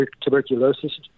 tuberculosis